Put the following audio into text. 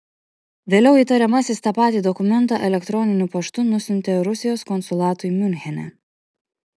vėliau įtariamasis tą patį dokumentą elektroniniu paštu nusiuntė rusijos konsulatui miunchene